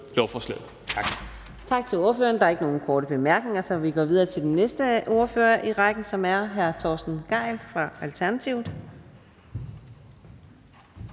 lovforslaget.